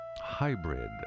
Hybrid